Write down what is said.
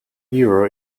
euro